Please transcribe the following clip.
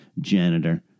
janitor